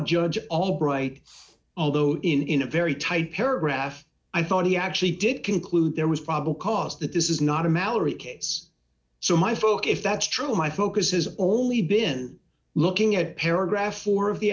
judge albright although in a very tight paragraph i thought he actually did conclude there was probable cause that this is not a mallory case so my book if that's true my focus has only been looking at paragraph four of the